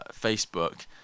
Facebook